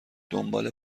دنبال